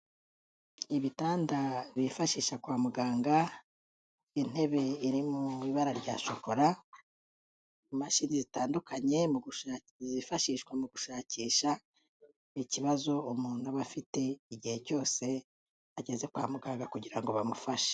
Ibitanda bifashisha kwa muganga, intebe iri mu ibara rya shokora, imashini zitandukanye zifashishwa mu gushakisha ikibazo umuntu aba afite igihe cyose ageze kwa muganga kugira ngo bamufashe.